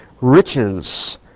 riches